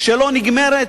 שלא נגמרת,